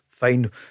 fine